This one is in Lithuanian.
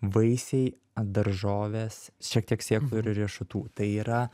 vaisiai daržovės šiek tiek sėklų ir riešutų tai yra